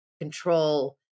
control